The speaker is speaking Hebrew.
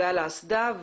ועל האסדה.